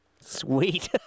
Sweet